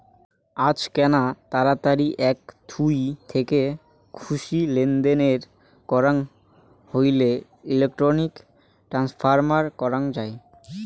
আজকেনা তাড়াতাড়ি এবং থুই থেকে খুশি লেনদেন করাং হইলে ইলেক্ট্রনিক ট্রান্সফার করাং যাই